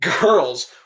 girls